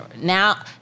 Now